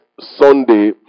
Sunday